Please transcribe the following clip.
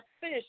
fish